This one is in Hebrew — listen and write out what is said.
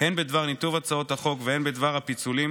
הן בדבר ניתוב הצעות החוק והן בדבר הפיצולים,